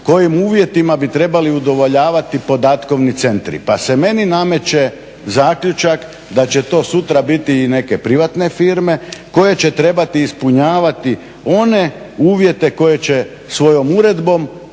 kojim uvjetima bi trebali udovoljavati podatkovni centri. Pa se meni nameće zaključak da će to sutra biti i neke privatne firme koje će trebati ispunjavati one uvjete koje će svojom uredbom